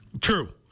True